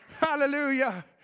Hallelujah